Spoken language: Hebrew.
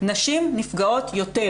נשים נפגעות יותר.